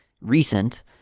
recent